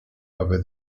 over